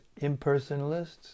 impersonalists